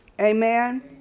Amen